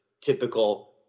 typical